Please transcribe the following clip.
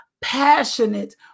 passionate